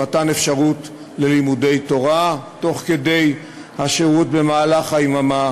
מתן אפשרות ללימודי תורה במהלך היממה